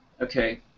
okay